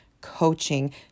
coaching